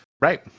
Right